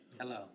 Hello